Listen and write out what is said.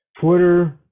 Twitter